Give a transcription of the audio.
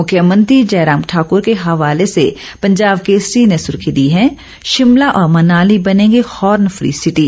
मुख्यमंत्री जयराम ठाकुर के हवाले से पंजाब केसरी ने सुर्खी दी है शिमला और मनाली बनेंगे हॉर्न फ्री सिटी